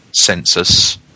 census